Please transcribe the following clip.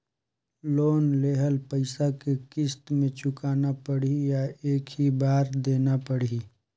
Loan लेहल पइसा के किस्त म चुकाना पढ़ही या एक ही बार देना पढ़ही?